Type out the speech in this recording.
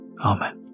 Amen